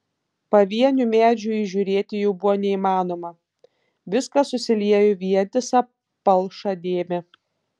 pavienių medžių įžiūrėti jau buvo neįmanoma viskas susiliejo į vientisą palšą dėmę